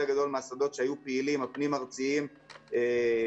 גדול מהשדות הפנים-ארציים שהיו פעילים הושבתו.